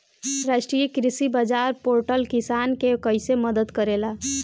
राष्ट्रीय कृषि बाजार पोर्टल किसान के कइसे मदद करेला?